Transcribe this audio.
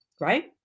right